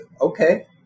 okay